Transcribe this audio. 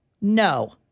No